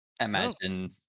Imagine